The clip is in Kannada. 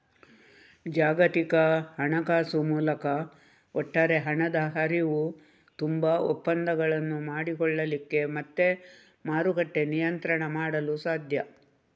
ಜಾಗತಿಕ ಹಣಕಾಸು ಮೂಲಕ ಒಟ್ಟಾರೆ ಹಣದ ಹರಿವು, ತುಂಬಾ ಒಪ್ಪಂದಗಳನ್ನು ಮಾಡಿಕೊಳ್ಳಿಕ್ಕೆ ಮತ್ತೆ ಮಾರುಕಟ್ಟೆ ನಿಯಂತ್ರಣ ಮಾಡಲು ಸಾಧ್ಯ